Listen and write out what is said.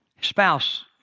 spouse